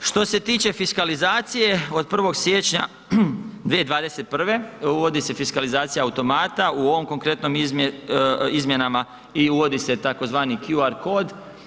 Što se tiče fiskalizacije, od 1. siječnja 2021. uvodi se fiskalizacija automata, u ovom konkretnom izmjenama i uvodi se tzv. QR kod.